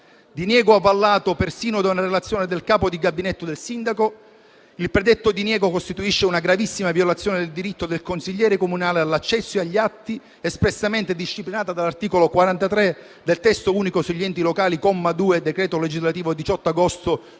Diniego avallato persino da una relazione del capo di gabinetto del sindaco. Il predetto diniego costituisce una gravissima violazione del diritto del consigliere comunale all'accesso agli atti, espressamente disciplinato dall'articolo 43, comma 2, del testo unico sugli enti locali (decreto legislativo 18 agosto 2000,